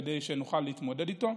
כדי שנוכל להתמודד איתה.